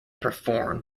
performed